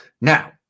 Now